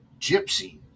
Gypsy